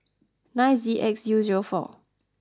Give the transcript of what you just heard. nine Z X U zero four